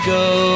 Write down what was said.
go